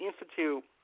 Institute